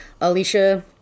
Alicia